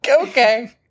Okay